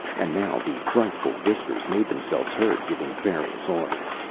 and now the frightful whiskers made themselves heard giving various orders.